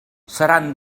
seran